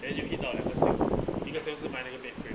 then you hit 到两个 sales 一个 sales 是买那个 bed frame